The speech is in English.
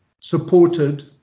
supported